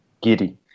giddy